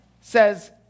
says